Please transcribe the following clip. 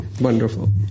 Wonderful